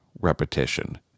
repetition